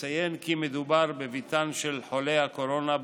נציין כי מדובר בביתן של חולי הקורונה,